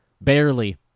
barely